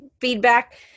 feedback